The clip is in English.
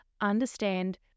understand